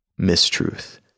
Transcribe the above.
mistruth